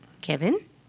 Kevin